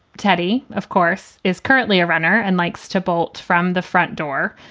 teddy, of course, is currently a runner and likes to bolt from the front door.